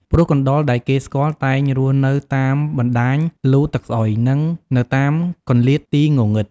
ព្រោះកណ្តុរដែលគេស្គាល់តែងរស់នៅតាមបណ្តាញលូទឹកស្អុយ និងនៅតាមកន្លៀតទីងងឹត។